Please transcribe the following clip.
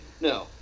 No